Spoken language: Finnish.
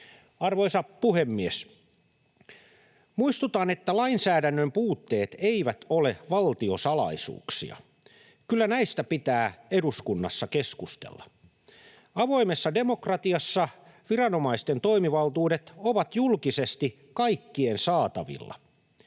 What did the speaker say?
Arvoisa puhemies! Muistutan, että lainsäädännön puutteet eivät ole valtiosalaisuuksia — kyllä näistä pitää eduskunnassa keskustella. Avoimessa demokratiassa viranomaisten toimivaltuudet ovat julkisesti kaikkien saatavilla.